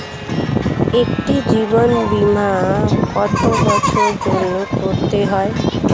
একটি জীবন বীমা কত বছরের জন্য করতে হয়?